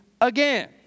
again